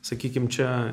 sakykim čia